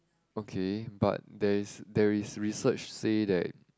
okay but there is there is research said that